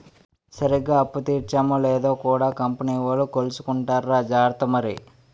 సరిగ్గా అప్పు తీర్చేమో లేదో కూడా కంపెనీ వోలు కొలుసుకుంటార్రా జార్త మరి